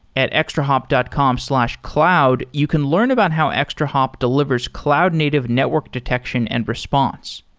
at extrahop dot com slash cloud, you can learn about how extrahop delivers cloud-native network detection and response.